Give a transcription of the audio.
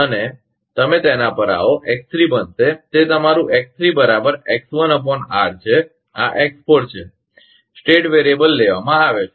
તમે તેના પર આવો x3 બનશે તે તમારું x3 x1 R છે અને આ x4 છે સ્થિતી ચલ લેવામાં આવે છે